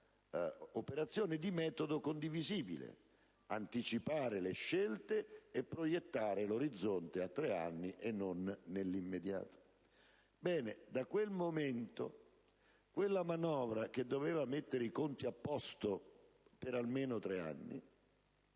un'operazione di metodo condivisibile: anticipare le scelte e proiettare l'orizzonte a tre anni, e dunque non nell'immediato. Da quel momento, la manovra avrebbe dovuto mettere i conti a posto per almeno tre anni: